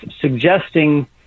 suggesting